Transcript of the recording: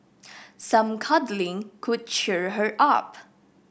some cuddling could cheer her up